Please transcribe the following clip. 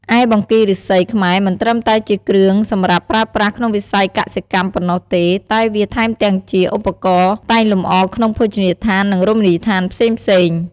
ឯបង្គីឫស្សីខ្មែរមិនត្រឹមតែជាគ្រឿងសម្រាប់ប្រើប្រាស់ក្នុងវិស័យកសិកម្មប៉ុណ្ណោះទេតែវាថែមទាំងជាឧបករណ៍តែងលម្អក្នុងភោជនីយដ្ឋាន និងរមណីយដ្ឋានផ្សេងៗ។